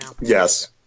yes